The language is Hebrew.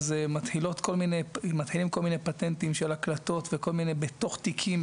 אז מתחילים כל מיני פטנטים של הקלטות וכל מיני בתוך תיקים,